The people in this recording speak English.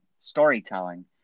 storytelling